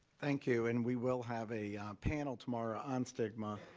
thank you. and we will have a panel tomorrow on stigma,